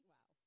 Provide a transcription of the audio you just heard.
Wow